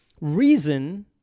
Reason